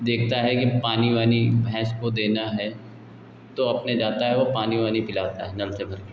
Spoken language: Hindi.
देखता है फिर पानी वानी भैँस को देना है तो अपने जाता है वह पानी उनी पिलाता है नल से भरकर